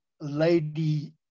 lady